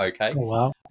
okay